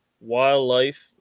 Wildlife